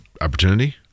opportunity